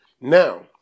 Now